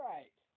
Right